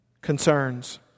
concerns